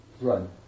Run